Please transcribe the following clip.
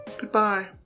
Goodbye